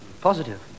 Positive